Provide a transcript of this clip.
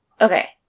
Okay